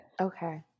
Okay